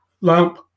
lamp